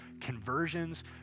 conversions